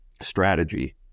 strategy